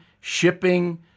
shipping